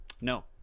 no